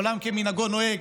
עולם כמנהגו נוהג,